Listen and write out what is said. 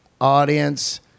audience